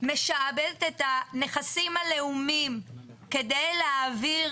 משעבדת את הנכסים הלאומיים כדי להעביר